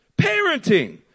Parenting